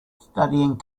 studying